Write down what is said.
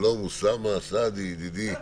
שלום, אוסאמה סעדי ידידי.